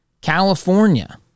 California